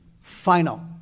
final